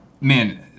man